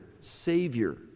Savior